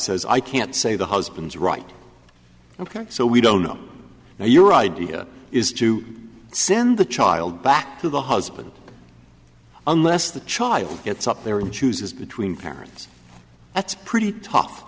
says i can't say the husband's right ok so we don't know now your idea is to send the child back to the husband unless the child gets up there and chooses between parents that's pretty tough